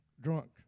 Drunk